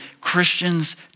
Christians